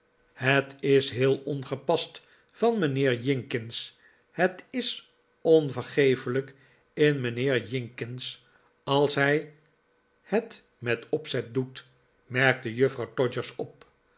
het is heel ongepast van mijnheer jinkins het is onvergeeflijk in mijnheer jinkins als hij het met opzet doet merkte juffrouw todgers op